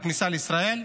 הכניסה לישראל,